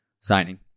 signing